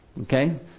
Okay